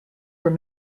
were